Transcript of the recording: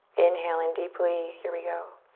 inhale in deeply. here we go.